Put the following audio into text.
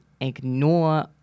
ignore